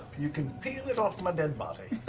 you can peel it off my dead body.